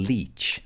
Leech